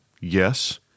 Yes